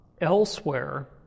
Elsewhere